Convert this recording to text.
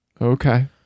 okay